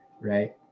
right